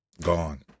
gone